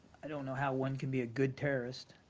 i don't know how one can be a good terrorist.